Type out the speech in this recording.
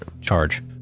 charge